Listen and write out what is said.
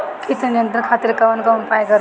कीट नियंत्रण खातिर कवन कवन उपाय करी?